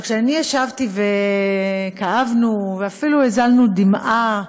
אבל כאשר ישבתי, וכאבנו, ואפילו הזלנו דמעה,